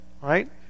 right